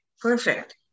perfect